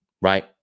right